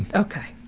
and ok.